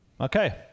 Okay